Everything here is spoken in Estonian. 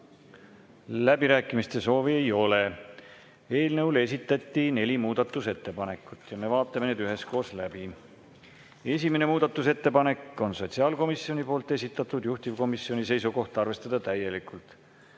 Läbirääkimiste soovi ei ole. Eelnõu kohta esitati neli muudatusettepanekut ja me vaatame need üheskoos läbi. Esimene muudatusettepanek on sotsiaalkomisjoni esitatud, juhtivkomisjoni seisukoht on arvestada täielikult.